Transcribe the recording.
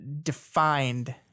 defined